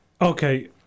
Okay